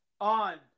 on